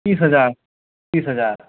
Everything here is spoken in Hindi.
तीस हज़ार तीस हज़ार